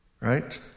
Right